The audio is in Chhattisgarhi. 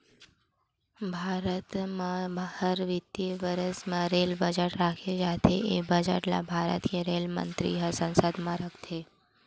भारत म हर बित्तीय बरस म रेल बजट राखे जाथे ए बजट ल भारत के रेल मंतरी ह संसद म रखथे